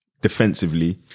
defensively